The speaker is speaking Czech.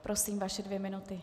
Prosím, vaše dvě minuty.